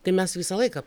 tai mes visą laiką